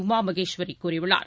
உமாமகேஸ்வரிகூறியுள்ளார்